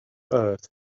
earth